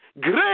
great